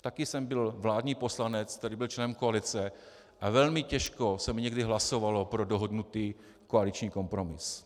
Taky jsem byl vládní poslanec, který byl členem koalice, a velmi těžko se mi někdy hlasovalo pro dohodnutý koaliční kompromis.